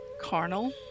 carnal